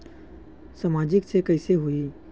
सामाजिक से कइसे होही?